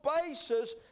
basis